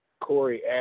Corey